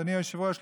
אדוני היושב-ראש,